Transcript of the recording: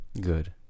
Good